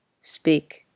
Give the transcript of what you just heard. Speak